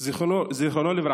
זיכרונו לברכה,